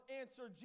answer